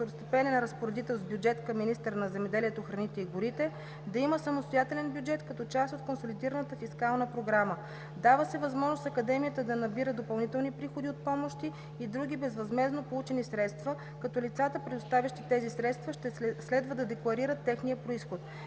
второстепенен разпоредител с бюджет към министъра на земеделието, храните и горите, да има самостоятелен бюджет като част от консолидираната фискална програма. Дава се възможност Академията да набира допълнителни приходи от помощи и други безвъзмездно получени средства, като лицата, предоставящи тези средства, ще следва да декларират техния произход.